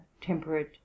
temperate